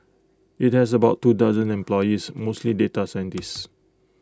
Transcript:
IT has about two dozen employees mostly data scientists